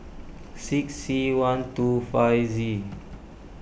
six C one two five Z